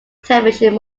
television